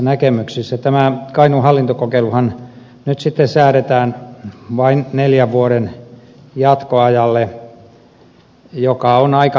tämä kainuun hallintokokeiluhan nyt sitten säädetään vain neljän vuoden jatkoajalle joka on aika hämmästyttävä